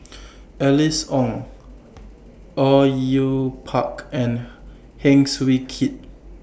Alice Ong Au Yue Pak and Heng Swee Keat